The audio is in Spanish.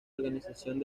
organización